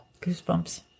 goosebumps